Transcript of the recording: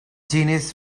genies